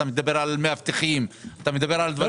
על מאבטחים וכו'.